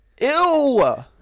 ew